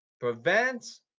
Prevent